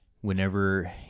whenever